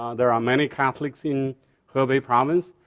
ah there are many catholics in hebei province.